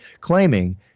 claiming